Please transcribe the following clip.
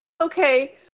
Okay